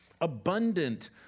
abundant